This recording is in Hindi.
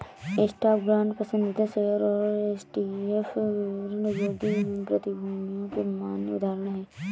स्टॉक, बांड, पसंदीदा शेयर और ईटीएफ विपणन योग्य प्रतिभूतियों के सामान्य उदाहरण हैं